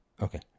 Okay